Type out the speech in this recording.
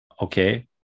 okay